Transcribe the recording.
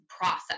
process